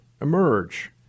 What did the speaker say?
emerge